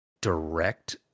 direct